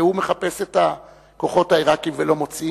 והוא מחפש את הכוחות העירקיים ולא מוצא.